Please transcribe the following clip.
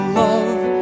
love